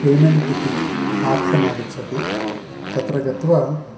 payment इति option आगच्छति तत्र गत्वा